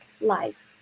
life